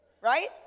right